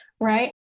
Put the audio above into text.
right